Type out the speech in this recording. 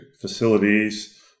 facilities